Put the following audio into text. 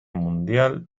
mundial